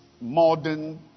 modern